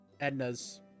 Edna's